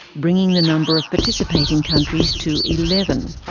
bringing the number of participating countries to eleven.